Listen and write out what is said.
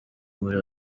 muri